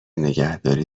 نگهداری